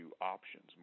options